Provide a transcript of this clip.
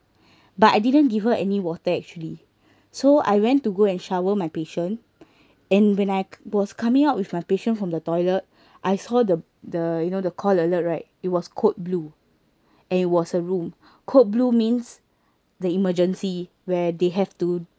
but I didn't give her any water actually so I went to go and shower my patient and when I was coming out with my patient from the toilet I saw the the you know the call alert right it was code blue and it was her room code blue means the emergency where they have to